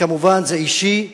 כמובן, זה אישי,